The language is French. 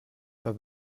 pas